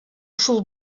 шул